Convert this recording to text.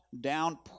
down